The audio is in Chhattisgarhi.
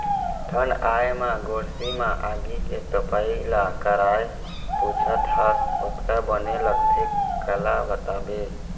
ठंड आय म गोरसी म आगी के तपई ल काय पुछत हस अतका बने लगथे काला बताबे